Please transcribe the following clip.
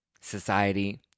society